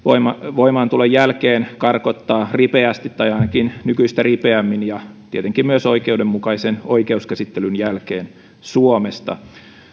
voimaantulon jälkeen karkottaa ripeästi tai ainakin nykyistä ripeämmin ja tietenkin myös oikeudenmukaisen oikeuskäsittelyn jälkeen suomesta